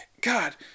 God